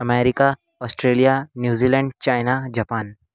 America Australia New Zealand China Japan